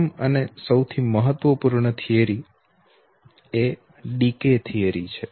પ્રથમ અને સૌથી મહત્વપૂર્ણ સિદ્ધાંત એ ડીકે થીયરી છે